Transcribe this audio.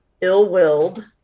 ill-willed